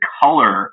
color